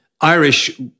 Irish